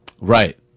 Right